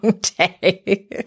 day